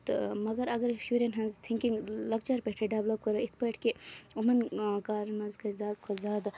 تہٕ مَگر اَگر أسۍ شُرین ہنز تھِنکِنگ لۄکچارٕ پٮ۪ٹھَے ڈیولَپ کرو یِتھ پٲٹھۍ کہِ یِمَن کارَن منٛز گژھِ زیادٕ کھۄتہٕ زیادٕ